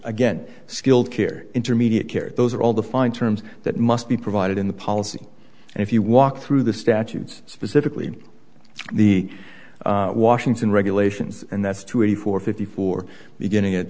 again skilled care intermediate care those are all the fine terms that must be provided in the policy and if you walk through the statutes specifically the washington regulations and that's to a for fifty four beginning it